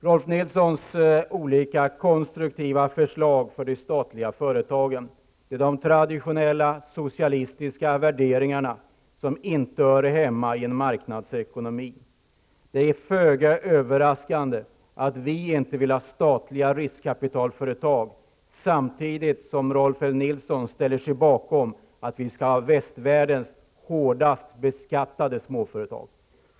Rolf Nilsons olika konstruktiva förslag för de statliga företagen bygger på de traditionella socialistiska värderingarna, som inte hör hemma i en marknadsekonomi. Det är föga överraskande att vi inte vill ha statliga riskkapitalföretag, samtidigt som Rolf L Nilson ställer sig bakom ståndpunkten att Sverige skall ha västvärldens hårdast beskattade småföretag.